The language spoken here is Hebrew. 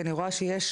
כי אני רואה שיש